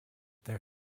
their